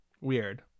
Weird